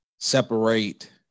Separate